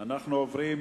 אנחנו עוברים